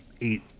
eight